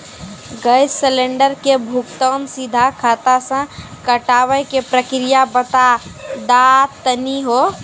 Gas cylinder के भुगतान सीधा खाता से कटावे के प्रक्रिया बता दा तनी हो?